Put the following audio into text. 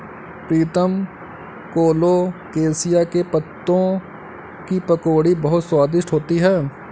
प्रीतम colocasia के पत्तों की पकौड़ी बहुत स्वादिष्ट होती है